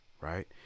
Right